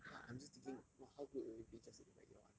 !wah! I'm just thinking !wah! how good will it be just to go back year one